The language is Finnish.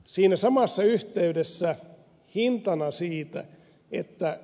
siinä samassa yhteydessä hintana siitä että